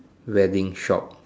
wedding shop